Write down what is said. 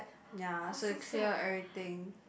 ya so it clear everything